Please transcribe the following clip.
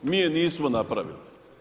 Mi je nismo napravili.